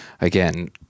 again